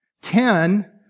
Ten